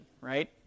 right